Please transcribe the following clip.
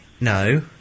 No